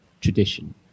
tradition